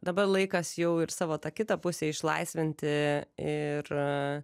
dabar laikas jau ir savo tą kitą pusę išlaisvinti ir